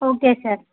okay sir